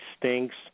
stinks